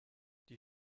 die